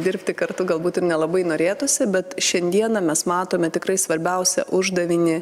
dirbti kartu galbūt ir nelabai norėtųsi bet šiandieną mes matome tikrai svarbiausią uždavinį